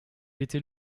était